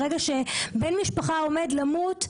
ברגע שבן משפחה עומד למות,